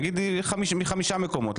נגיד יהיו מחמישה מקומות.